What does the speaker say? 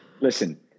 Listen